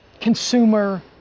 consumer